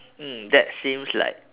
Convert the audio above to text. mm that seems like